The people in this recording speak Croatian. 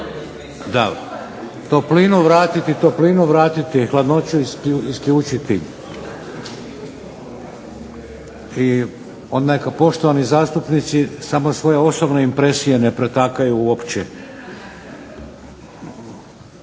Da, toplinu vratiti, hladnoću isključiti. I neka poštovani zastupnici samo svoje osobne impresije ne pretaču u opće.